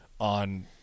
on